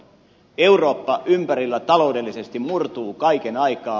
eurooppa ympärillä taloudellisesti murtuu kaiken aikaa